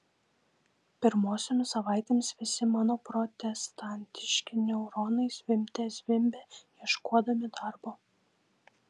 pirmosiomis savaitėmis visi mano protestantiški neuronai zvimbte zvimbė ieškodami darbo